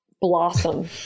blossom